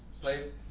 slave